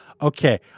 Okay